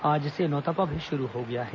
आज से नौतपा भी शुरू हो गया है